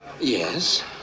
Yes